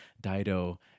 Dido